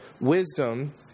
wisdom